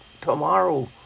tomorrow